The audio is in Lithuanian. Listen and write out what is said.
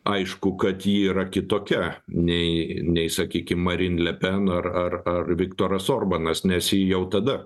aišku kad ji yra kitokia nei nei sakykim marin le pen ar ar ar viktoras orbanas nes ji jau tada